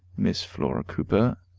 miss flora cooper,